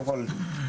קודם כל,